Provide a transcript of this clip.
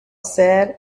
said